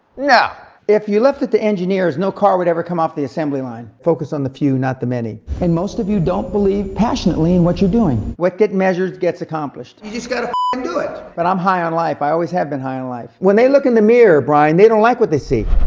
no. if you left it to engineers, no car would ever come off the assembly line. focus on the few, not the many. and most of you don't believe passionately in what you're doing. what gets measured, gets accomplished. you just got to f-ing ah um do it. but i'm high on life, i always have been high on life. when they look in the mirror brian, they don't like what they see.